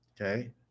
okay